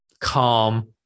calm